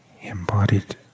embodied